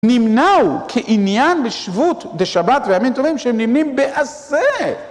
נמנעו כעניין בשבות דשבת וימים טובים שהם נמנים בעשה.